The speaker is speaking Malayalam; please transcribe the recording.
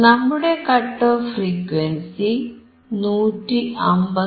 നമ്മുടെ കട്ട് ഓഫ് ഫ്രീക്വൻസി 159